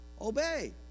obey